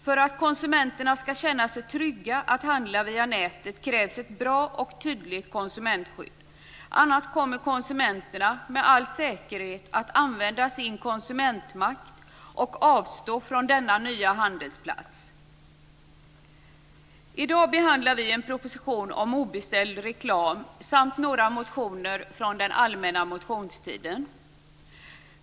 För att konsumenterna ska känna sig trygga att handla via nätet krävs ett bra och tydligt konsumentskydd. Annars kommer konsumenterna med all säkerhet att använda sin konsumentmakt och avstå från denna nya handelsplats. I dag behandlar vi en proposition om obeställd reklam samt några motioner från den allmänna motionstiden.